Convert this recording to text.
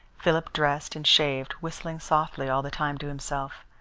philip dressed and shaved, whistling softly all the time to himself.